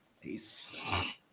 Peace